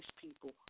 people